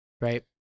right